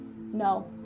No